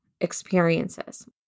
experiences